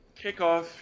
kickoff